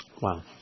Wow